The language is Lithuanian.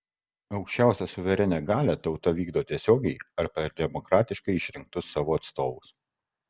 aukščiausią suverenią galią tauta vykdo tiesiogiai ar per demokratiškai išrinktus savo atstovus